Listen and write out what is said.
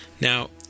now